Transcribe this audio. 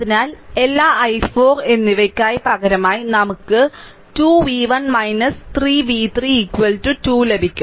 അതിനാൽ എല്ലാ i1 i4 എന്നിവയ്ക്ക് പകരമായി നമുക്ക് 2 v1 3 v3 2 ലഭിക്കും